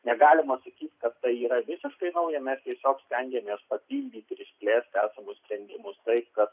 negalima sakyt kad tai yra visiškai nauja mes tiesiog stengiamės papildyti ir išplėsti esamus sprendimus taip kad